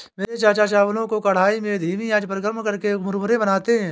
मेरे चाचा चावलों को कढ़ाई में धीमी आंच पर गर्म करके मुरमुरे बनाते हैं